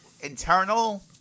internal